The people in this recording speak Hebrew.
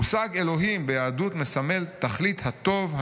מושג אלוהים ביהדות מסמל תכלית הטוב,